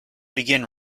begin